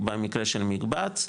במקרה של מקבץ,